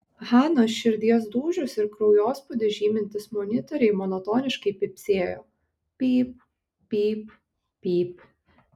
hanos širdies dūžius ir kraujospūdį žymintys monitoriai monotoniškai pypsėjo pyp pyp pyp